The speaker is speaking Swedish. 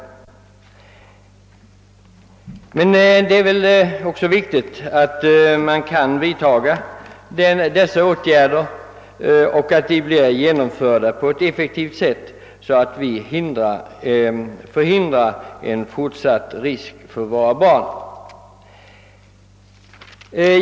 Emellertid är det viktigt att vi kan vidtaga åtgärder och genomföra dem på ett effektivt sätt för att motverka fortsatta risker för våra barn.